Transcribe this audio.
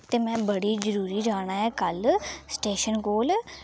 ते मैं बड़ी जरूरी जाना ऐ कल स्टेशन कोल